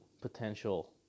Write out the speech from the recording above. potential